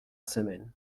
semaine